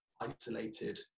isolated